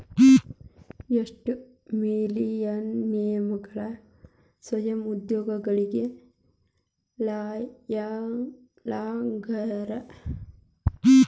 ಎಷ್ಟ ಮಿಲೇನಿಯಲ್ಗಳ ಸ್ವಯಂ ಉದ್ಯೋಗಿಗಳಾಗ್ಯಾರ